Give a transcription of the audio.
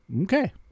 Okay